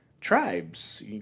tribes